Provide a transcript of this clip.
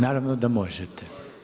Naravno da možete.